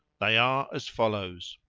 they are as follows